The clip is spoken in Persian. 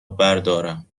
بردارم